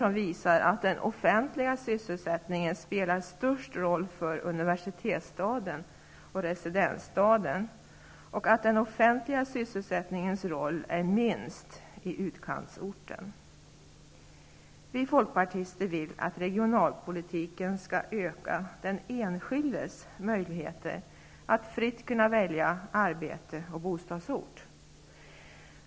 Den visar att den offentliga sysselsättningen spelar störst roll för universitetsstaden och residensstaden. Den offentliga sysselsättningens roll är minst i utkantsorten. Vi folkpartister vill att regionalpolitiken skall öka den enskildes möjligheter att fritt välja arbete och bostadsort.